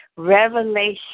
revelation